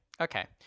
Okay